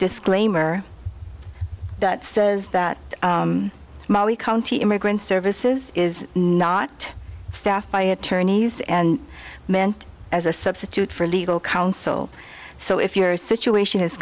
disclaimer that says that he county immigrant services is not staffed by attorneys and meant as a substitute for legal counsel so if your situation is